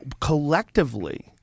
collectively